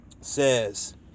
says